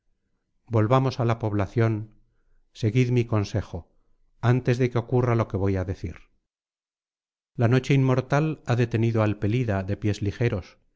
volvamos á la población seguid mi consejo antes de que ocurra lo que voy á decir la noche inmortal ha detenido al pelida de pies ligeros